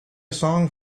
song